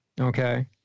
Okay